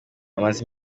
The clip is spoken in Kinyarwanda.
amaze